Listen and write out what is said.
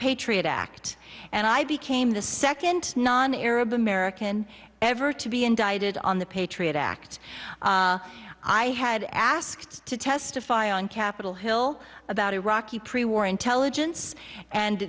patriot act and i became the second non arab american ever to be indicted on the patriot act i had asked to testify on capitol hill about iraqi pre war intelligence and